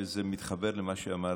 וזה מתחבר למה שאמרת,